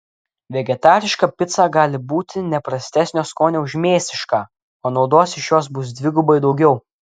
vegetariška pica gali būti ne prastesnio skonio už mėsišką o naudos iš jos bus dvigubai daugiau